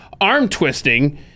arm-twisting